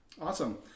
Awesome